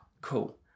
Cool